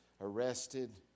arrested